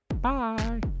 Bye